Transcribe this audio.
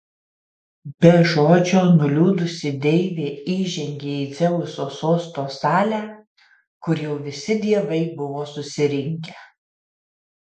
be žodžio nuliūdusi deivė įžengė į dzeuso sosto salę kur jau visi dievai buvo susirinkę